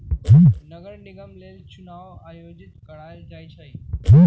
नगर निगम लेल चुनाओ आयोजित करायल जाइ छइ